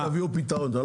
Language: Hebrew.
תביאו פתרון.